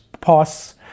pass